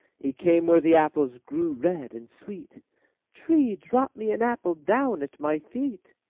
he came where the apples grew red and sweet tree, drop me an apple down at my feet.